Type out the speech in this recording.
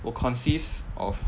will consist of